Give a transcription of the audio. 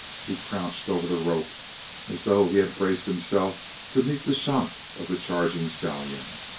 he crouched over the rope as though he had braced himself to meet the shock of the charging stallion.